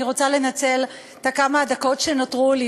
אני רוצה לנצל את כמה הדקות שנותרו לי